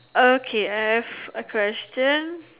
okay I have a question